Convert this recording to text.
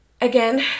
again